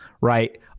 right